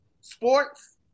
sports